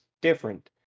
different